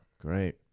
great